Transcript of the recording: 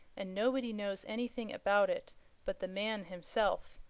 and nobody knows anything about it but the man himself,